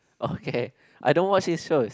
okay I don't want say so